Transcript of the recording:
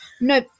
No